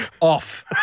off